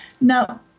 Now